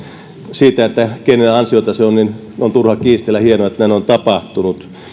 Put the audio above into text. siitä kenen ansiota se on on turha kiistellä hienoa että näin on tapahtunut